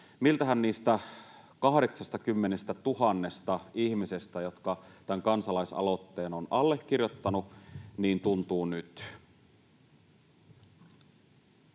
miltähän niistä 80 000 ihmisestä, jotka tämän kansalaisaloitteen ovat allekirjoittaneet, tuntuu nyt.